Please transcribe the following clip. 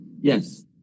Yes